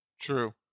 True